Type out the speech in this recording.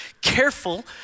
careful